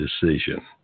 decision